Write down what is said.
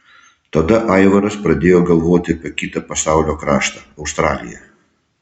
tada aivaras pradėjo galvoti apie kitą pasaulio kraštą australiją